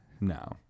No